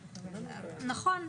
נכון,